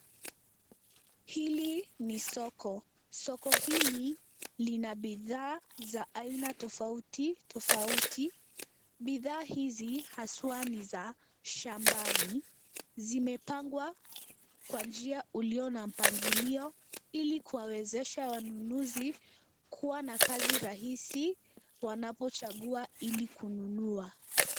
Hili ni soko. Soko hili, lina bidhaa za aina tofauti tofauti. Bidhaa hizi haswa ni za shambani. Zimepangwa kwa njia iliyo na mpangilio ili kuwezesha wanunuzi kuwa na kazi rahisi wanapochagua ili kununua.